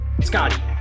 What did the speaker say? Scotty